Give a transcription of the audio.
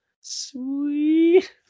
sweet